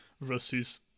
versus